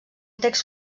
text